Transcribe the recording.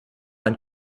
ein